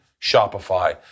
Shopify